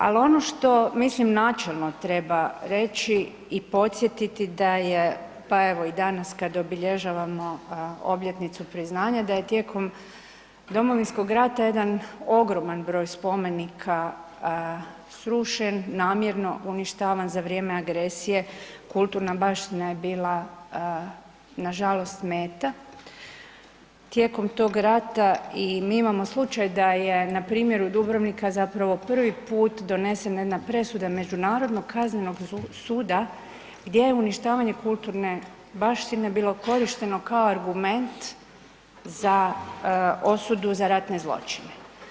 Ali ono što mislim načelno treba reći i podsjetiti da je, pa evo i danas kad obilježavamo obljetnicu priznanja da je tijekom Domovinskog rata jedan ogroman broj spomenika srušen, namjerno uništavan za vrijeme agresije, kulturna baština je bila nažalost meta tijekom tog rata i mi imamo slučaj na primjeru Dubrovnika zapravo prvi put donesena jedna presuda Međunarodnog kaznenog suda gdje je uništavanje kulturne baštine bilo korišteno kao argument za osudu za ratne zločine.